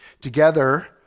Together